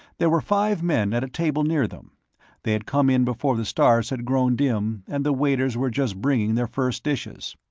there were five men at a table near them they had come in before the stars had grown dim, and the waiters were just bringing their first dishes.